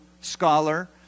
scholar